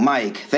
Mike